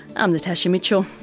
i'm natasha mitchell.